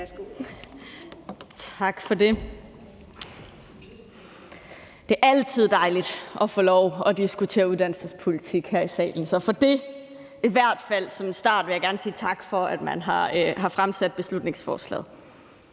Tak for det. Det er altid dejligt at få lov at diskutere uddannelsespolitik her i salen, så af den grund vil jeg i hvert fald som en start gerne sige tak for, at man har fremsat beslutningsforslaget.